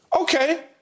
Okay